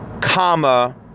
comma